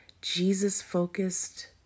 Jesus-focused